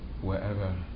wherever